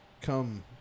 come